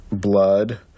blood